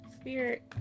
spirit